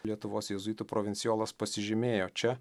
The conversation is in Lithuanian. lietuvos jėzuitų provincijolas pasižymėjo čia